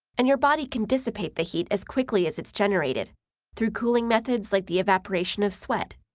and your body can dissipate the heat as quickly as it's generated through cooling methods like the evaporation of sweat.